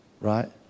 right